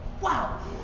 wow